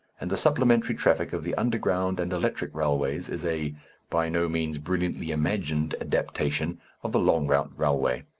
and the supplementary traffic of the underground and electric railways is a by no means brilliantly imagined adaptation of the long-route railway.